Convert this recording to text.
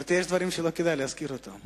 גברתי, יש דברים שלא כדאי להזכיר אותם.